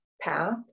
path